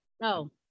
No